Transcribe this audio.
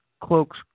Cloak's